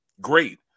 great